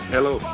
Hello